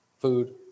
food